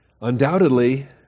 Undoubtedly